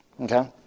okay